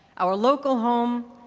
our local home,